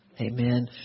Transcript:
amen